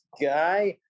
guy